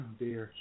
dear